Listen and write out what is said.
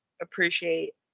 appreciate